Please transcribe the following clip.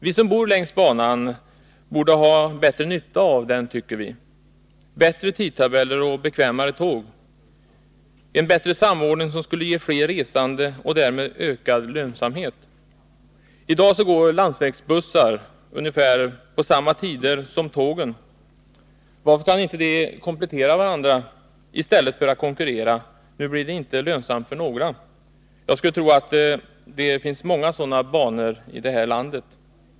Vi som bor längs banan borde ha bättre nytta av den, bättre tidtabeller och bekvämare tåg, en bättre samordning, som skulle ge fler resande och därmed ökad lönsamhet. I dag går landsvägsbussar ungefär på samma tider som tågen. Varför kan inte de komplettera varandra, i stället för att konkurrera? Nu blir det inte lönsamt för någon. Jag skulle tro att det finns många sådana banor i detta land.